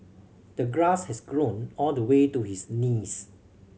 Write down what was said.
the grass has grown all the way to his knees